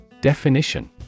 Definition